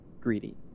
greedy